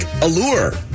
Allure